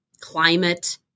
climate